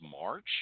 March